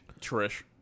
Trish